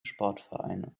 sportvereine